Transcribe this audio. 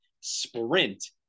sprint